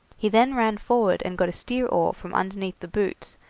he then ran forward and got a steer-oar from underneath the boots,